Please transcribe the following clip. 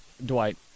Dwight